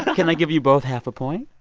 can i give you both half a point?